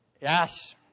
Yes